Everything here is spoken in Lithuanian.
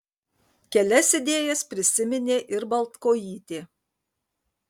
kelias idėjas prisiminė ir baltkojytė